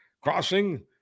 crossing